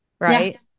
Right